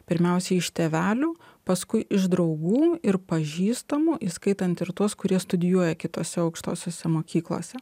pirmiausiai iš tėvelių paskui iš draugų ir pažįstamų įskaitant ir tuos kurie studijuoja kitose aukštosiose mokyklose